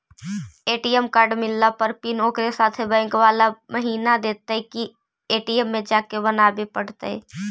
ATM card मिलला पर pin ओकरे साथे बैक बाला महिना देतै कि ए.टी.एम में जाके बना बे पड़तै?